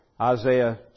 Isaiah